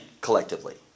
collectively